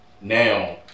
now